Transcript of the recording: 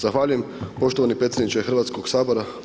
Zahvaljujem poštovani predsjedniče Hrvatskog sabora.